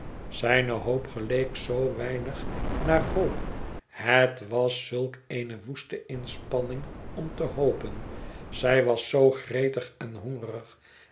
zijne hoop geleek zoo weinig naar hoop het was zulk eene woeste inspanning om te hopen zij was zoo gretig en hongerig